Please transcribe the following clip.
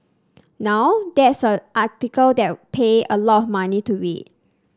now that's an article I would pay a lot of money to read